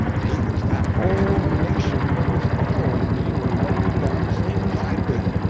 peters, that whole nation that was following me were loaded down the same as i'd been.